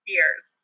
years